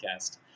podcast